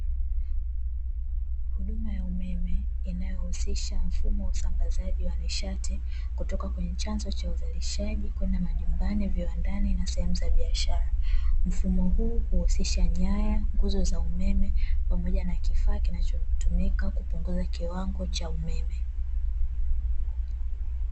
Huduma ya umeme inayohusisha mfumo wa usambazaji wa nishati kutoka kwenye chanzo cha uzalishaji kwenda majumbani, viwandani, na sehemu za biashara. Mfumo huu huwezesha nyaya, nguzo za umeme, pamoja na kifaa kinachotumika kupunguza kiwango cha umeme.